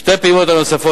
שתי הפעימות הנוספות,